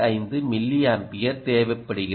5 milliampere தேவைப்படுகிறது